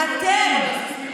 יש יועצים משפטיים.